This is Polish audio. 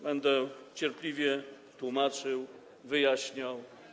Będę cierpliwie tłumaczył, wyjaśniał.